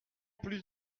plus